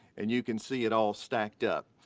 and you can see it all stacked up.